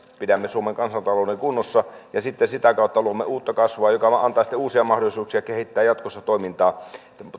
pidämme suomen kansantalouden kunnossa ja sitten sitä kautta luomme uutta kasvua joka antaa sitten uusia mahdollisuuksia kehittää jatkossa toimintaa